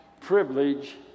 privilege